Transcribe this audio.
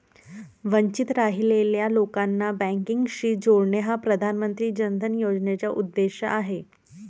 वंचित राहिलेल्या लोकांना बँकिंगशी जोडणे हा प्रधानमंत्री जन धन योजनेचा उद्देश आहे